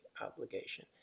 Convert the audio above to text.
obligation